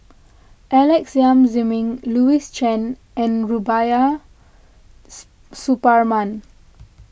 Alex Yam Ziming Louis Chen and Rubiah Suparman